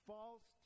False